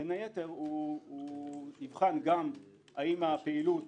בין היתר, הוא יבחן גם, האם הפעילות